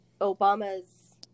Obama's